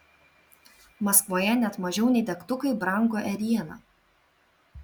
maskvoje net mažiau nei degtukai brango ėriena